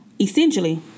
essentially